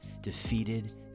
defeated